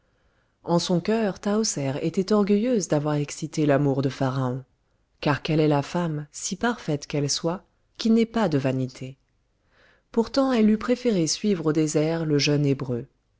en son cœur tahoser était orgueilleuse d'avoir excité l'amour de pharaon car quelle est la femme si parfaite qu'elle soit qui n'ait pas de vanité pourtant elle eût préféré suivre au désert le jeune hébreu